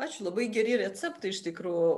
ačiū labai geri receptai iš tikrų